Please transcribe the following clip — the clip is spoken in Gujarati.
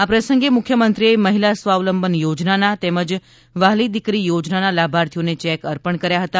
આ પ્રસંગે મુખ્યમંત્રીએ મહિલા સ્વાવલંબન યોજનાના તેમજ વ્હાલી દીકરી યોજનાના લાભાર્થીઓને ચેક અર્પણ કર્યા હતા